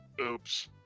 Oops